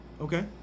Okay